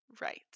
Right